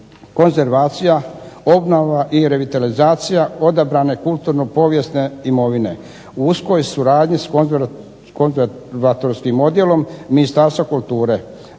konzervacija, obnova i revitalizacija odabrane kulturno-povijesne imovine, u uskoj suradnji s konzervatorskim odjelom Ministarstva kulture,